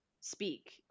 speak